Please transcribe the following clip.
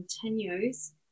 continues